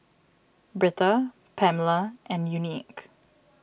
Britta Pamala and Unique